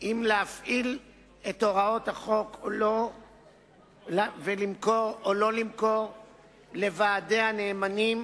אם להפעיל את הוראות החוק או לא ולמכור או לא למכור לוועדי הנאמנים,